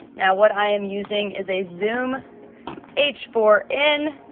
now what i am using is a zoom h four n